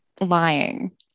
lying